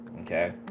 okay